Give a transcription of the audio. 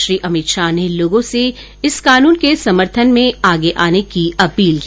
श्री अमित शाह ने लोगों से इस कानून के समर्थन में आगे आने की अर्पोल की